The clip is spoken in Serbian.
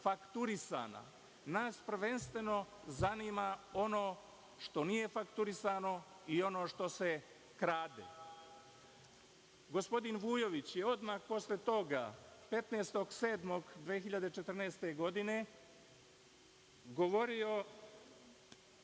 fakturisana. Nas prvenstveno zanima ono što nije fakturisano i ono što se krade. Gospodin Vujović je odmah posle toga 15. jula 2014. godine govorio